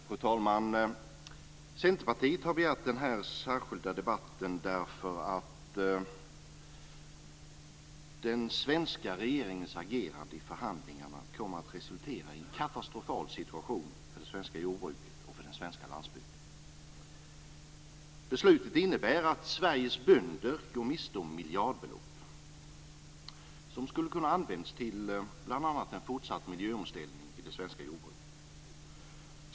Fru talman! Centerpartiet har begärt denna särskilda debatt därför att den svenska regeringens agerande i förhandlingarna kommer att resultera i en katastrofal situation för det svenska jordbruket och för den svenska landsbygden. Beslutet innebär att Sveriges bönder går miste om miljardbelopp som skulle ha kunnat användas bl.a. till en fortsatt miljöomställning i det svenska jordbruket.